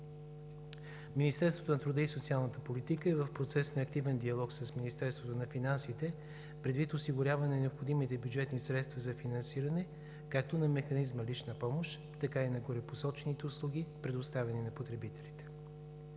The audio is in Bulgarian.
Министерството на труда и социалната политика е в процес на активен диалог с Министерството на финансите предвид осигуряване на необходимите бюджетни средства за финансиране както на механизма „Лична помощ“, така и на горепосочените услуги, предоставени на потребителите.